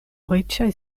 riĉaj